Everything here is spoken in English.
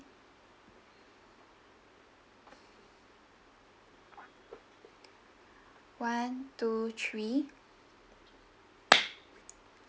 one two three